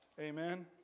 Amen